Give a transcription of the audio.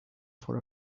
for